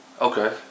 Okay